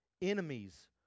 Enemies